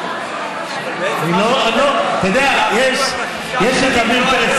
אבל בעצם מה, אתה יודע, יש את עמיר פרץ.